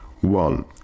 One